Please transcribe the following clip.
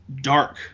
dark